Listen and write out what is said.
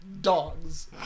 dogs